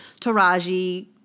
Taraji